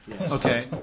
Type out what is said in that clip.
Okay